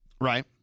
Right